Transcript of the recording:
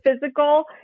physical